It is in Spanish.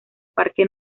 parque